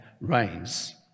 reigns